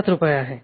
5 रुपये आहे